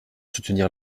soutenir